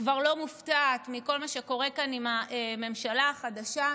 כבר לא מופתעת מכל מה שקורה כאן עם הממשלה החדשה,